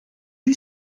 you